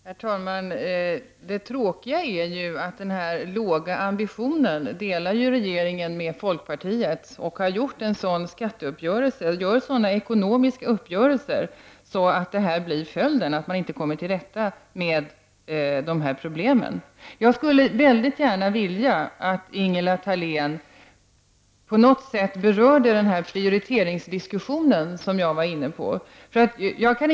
Herr talman! Det tråkiga är ju att regeringen har lika små ambitioner som folkpartiet och har skapat en sådan skatteuppgörelse och gör sådana ekonomiska uppgörelser att följden blir att man inte kommer till rätta med dessa problem. Jag skulle väldigt gärna vilja att Ingela Thalén på något sätt berörde den prioriteringsdiskussion som jag tog upp.